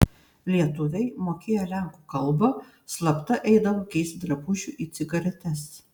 lietuviai mokėję lenkų kalbą slapta eidavo keisti drabužių į cigaretes